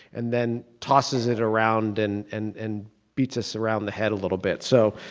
and then tosses it around, and and and beats us around the head a little bit. so